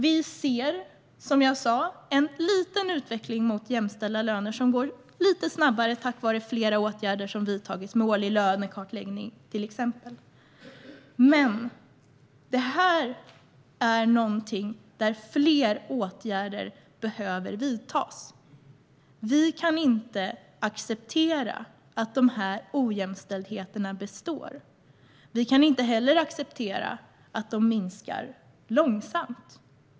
Vi ser, som jag sa, en liten utveckling mot jämställda löner som går lite snabbare tack vare flera åtgärder som har vidtagits, till exempel årlig lönekartläggning. Men i detta sammanhang behöver fler åtgärder vidtas. Vi kan inte acceptera att denna ojämställdhet består. Vi kan inte heller acceptera att dessa löneskillnader minskar långsamt.